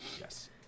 Yes